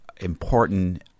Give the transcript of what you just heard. important